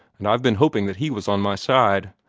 and i've been hoping that he was on my side.